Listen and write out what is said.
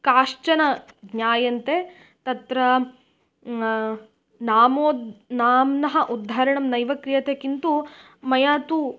काश्चन ज्ञायन्ते तत्र नाम नाम्नः उद्धरणं नैव क्रियते किन्तु मया तु